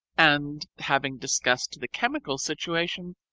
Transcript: and, having discussed the chemical situation,